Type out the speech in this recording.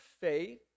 faith